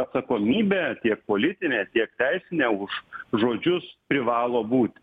atsakomybė tiek politinė tiek teisinė už žodžius privalo būt